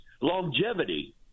longevity